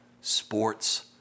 sports